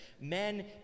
Men